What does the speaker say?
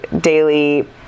daily